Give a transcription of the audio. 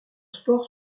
sports